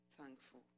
thankful